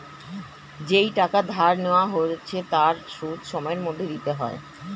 যেই টাকা ধার নেওয়া হয়েছে তার সুদ সময়ের মধ্যে দিতে হয়